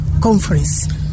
conference